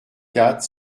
quatre